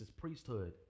priesthood